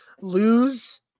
Lose